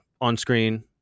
on-screen